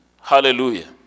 Hallelujah